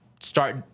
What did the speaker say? start